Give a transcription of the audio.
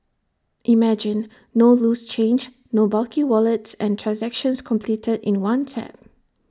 imagine no loose change no bulky wallets and transactions completed in one tap